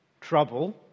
trouble